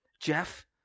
Jeff